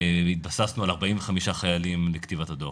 התבססנו על 45 חיילים לכתיבת הדוח.